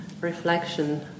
reflection